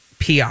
PR